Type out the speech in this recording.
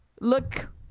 look